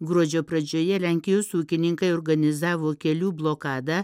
gruodžio pradžioje lenkijos ūkininkai organizavo kelių blokadą